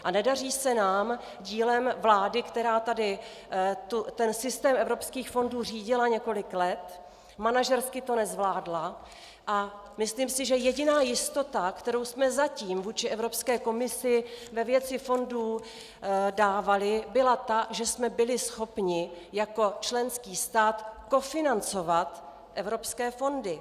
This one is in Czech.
A nedaří se nám dílem vlády, která tady systém evropských fondů řídila několik let, manažersky to nezvládla, a myslím si, že jediná jistota, kterou jsme zatím vůči Evropské komisi ve věci fondů dávali, byla ta, že jsme byli schopni jako členský stát kofinancovat evropské fondy.